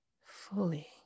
fully